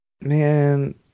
Man